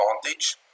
advantage